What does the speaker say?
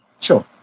Sure